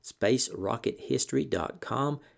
spacerockethistory.com